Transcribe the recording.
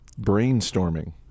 brainstorming